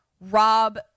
Rob